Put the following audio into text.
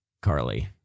Carly